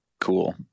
cool